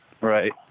Right